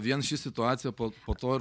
vien ši situacija po po to ir